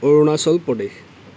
Arunachal Pradesh